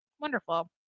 Wonderful